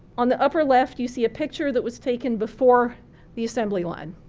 on the upper left you see a picture that was taken before the assembly line.